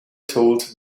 told